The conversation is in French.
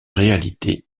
réalité